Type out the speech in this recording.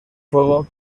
fuego